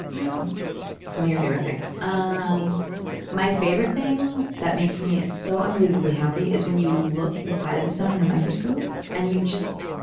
so tell me your favorite thing. um my favorite thing, that makes me so unbelievably happy, is when you look inside of a stone under and a microscope and you just,